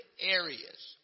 areas